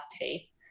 tea